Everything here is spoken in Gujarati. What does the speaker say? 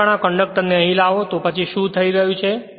જ્યારે પણ આ કંડક્ટરને અહીં લાવો તો પછી શું થઈ રહ્યું છે